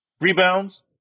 Rebounds